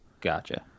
Gotcha